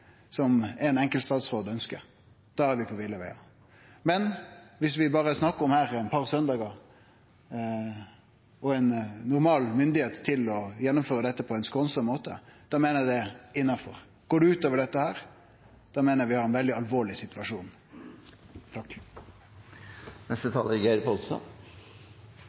fram som ein enkelt statsråd ønskjer. Da er vi på ville vegar. Men viss vi her berre snakkar om eit par søndagar og ein normal myndigheit til å gjennomføre dette på ein skånsam måte, da meiner eg det er innanfor. Går det utover dette, da meiner eg vi har ein veldig alvorleg situasjon. Eg registrerer at når statsråden vert pressa, så vert orda større. For denne saka er